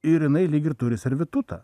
ir jinai lyg ir turi servitutą